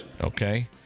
Okay